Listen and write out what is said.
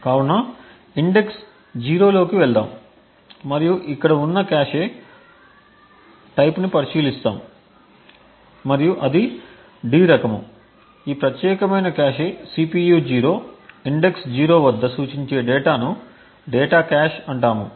కాబట్టి ఇండెక్స్ 0 లోకి వెళ్తాము మరియు ఇక్కడ ఉన్న కాష్ రకాన్ని పరిశీలిస్తాము మరియు అది D రకము ఈ ప్రత్యేకమైన కాష్ CPU 0 ఇండెక్స్ 0 వద్ద సూచించే డేటాను డేటా కాష్ అంటాము